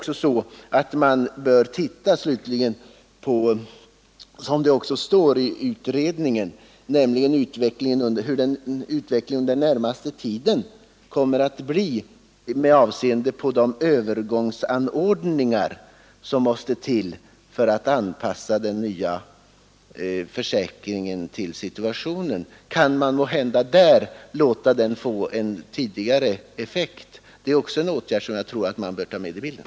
Slutligen bör man också som det står i utredningen — se på hur utvecklingen under den närmaste tiden kommer att bli med avseende på de övergångsanordningar som måste till för att anpassa den nya försäkringen till situationen. Man kan måhända låta övergångsbestämmelserna träda i funktion tidigare. Det är någonting som jag tror man bör ta med i bilden.